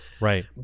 right